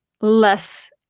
less